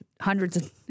hundreds